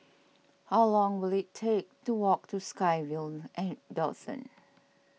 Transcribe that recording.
how long will it take to walk to SkyVille at Dawson